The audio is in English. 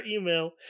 email